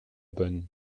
bonne